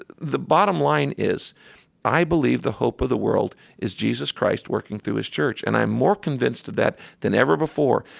ah the bottom line is i believe the hope of the world is jesus christ working through his church. and i'm more convinced of that than ever before.